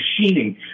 machining